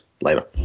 Later